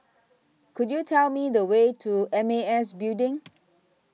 Could YOU Tell Me The Way to M A S Building